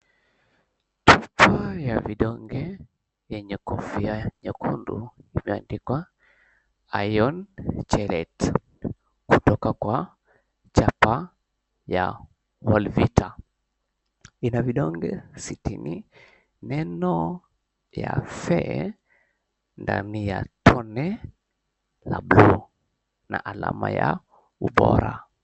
Chupa ya vidonge yenye kofia nyekundu imeandikwa, Iron Chelate kutoka kwa chapa ya Wellvita. Ina vidonge 60. Neno ya Fe ndani ya tone la buluu na alama ya ubora.